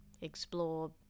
explore